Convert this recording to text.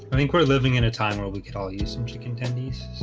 think we're living in a time where we could all use some chicken ten ds.